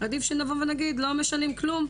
עדיף שנבוא ונגיד לא משנים כלום,